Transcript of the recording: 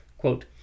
Quote